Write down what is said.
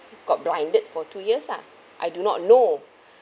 got blinded for two years ah I do not know